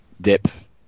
depth